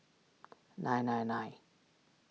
nine nine nine